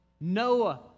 Noah